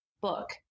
book